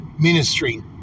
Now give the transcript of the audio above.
ministry